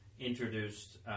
introduced